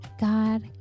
God